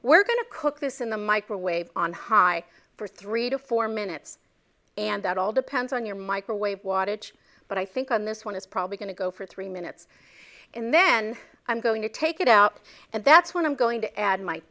we're going to cook this in the microwave on high for three to four minutes and that all depends on your microwave wattage but i think on this one is probably going to go for three minutes and then i'm going to take it out and that's when i'm going to add my